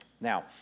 Now